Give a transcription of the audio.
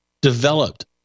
developed